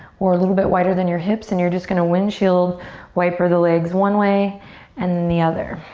or a little bit wider than your hips, and you're just gonna windshield wiper the legs one way and then the other.